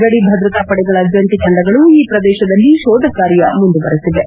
ಗಡಿ ಭದ್ರತಾ ಪಡೆಗಳ ಜಂಟ ತಂಡಗಳು ಈ ಪ್ರದೇಶದಲ್ಲಿ ಶೋಧ ಕಾರ್ಯ ಮುಂದುವರೆಸಿವೆ